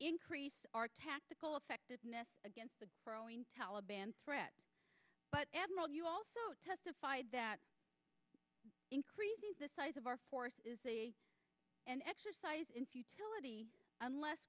increase our tactical effectiveness against the taliban threat but admiral you also testified that increasing the size of our force an exercise in futility unless